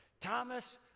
Thomas